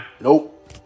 nope